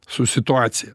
su situacija